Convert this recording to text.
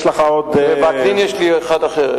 יש לך עוד, לחבר הכנסת וקנין יש לי אחת אחרת.